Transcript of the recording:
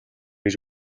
гэж